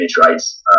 rights